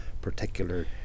particular